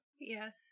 Yes